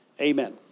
Amen